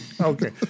Okay